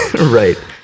right